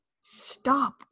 Stop